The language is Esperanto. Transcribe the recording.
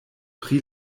pri